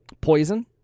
Poison